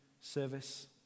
service